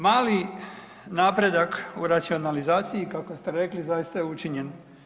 Mali napredak u racionalizaciji kako ste rekli zaista je učinjen.